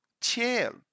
chill